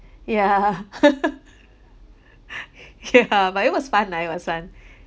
ya ya but it was fun lah it was fun